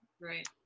Right